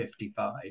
55